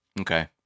Okay